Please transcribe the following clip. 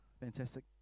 Fantastic